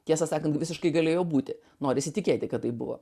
tiesą sakant visiškai galėjo būti norisi tikėti kad tai buvo